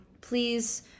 please